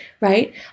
right